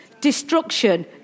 Destruction